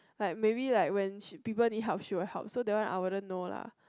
like maybe like when she people need help she will help so that one I didn't know lah